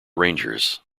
rangers